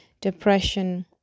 depression